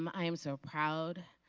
um i am so proud.